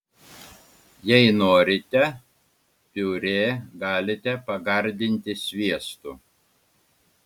jei norite piurė galite pagardinti sviestu